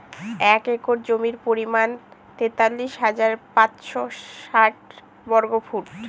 এক একর জমির পরিমাণ তেতাল্লিশ হাজার পাঁচশ ষাট বর্গফুট